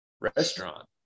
restaurant